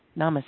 Namaste